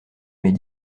m’est